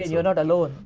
you're not alone.